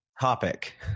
Topic